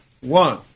One